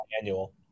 annual